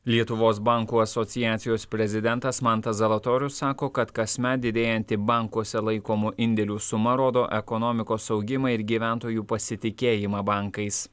lietuvos bankų asociacijos prezidentas mantas zalatorius sako kad kasmet didėjanti bankuose laikomų indėlių suma rodo ekonomikos augimą ir gyventojų pasitikėjimą bankais